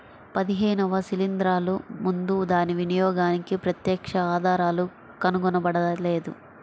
పదిహేనవ శిలీంద్రాలు ముందు దాని వినియోగానికి ప్రత్యక్ష ఆధారాలు కనుగొనబడలేదు